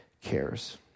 cares